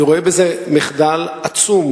אני רואה בזה מחדל עצום